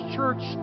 Church